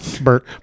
Bert